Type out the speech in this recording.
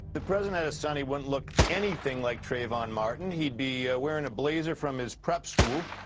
the president had a son, he wouldn't look anything like trayvon martin. he'd be wearing a blazer from his prep school.